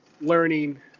learning